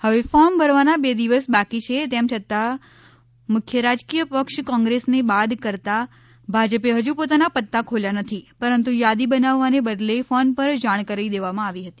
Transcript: હવે ફોર્મ ભરવાના બે દિવસ બાકી છે તેમ છતાં મુખ્ય રાજકીય પક્ષ કોંગ્રેસને બાદ કરતાં ભાજપે હજુ પોતાના પત્તા ખોલ્યા નથી પરંતુ થાદી બનાવવાને બદલે ફોન પર જાણ કરી દેવામાં આવી હતી